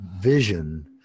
vision